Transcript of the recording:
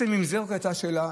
אם זו בעצם הייתה השאלה,